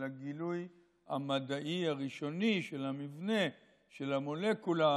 הגילוי המדעי הראשוני של המבנה של המולקולה,